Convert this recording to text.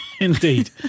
Indeed